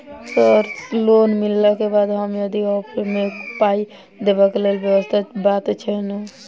Sir loan मिलला केँ बाद हम यदि ऑफक केँ मे पाई देबाक लैल व्यवस्था बात छैय नै?